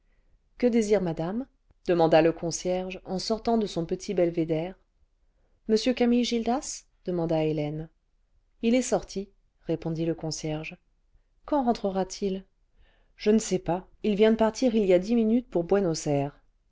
que désire madame demanda le concierge en sortant de son petit belvédère m camille gildas demanda hélène il est sorti répondit le concierge quand rentrera-t-il je ne sais pas il vient de partir il y a dix minutes p our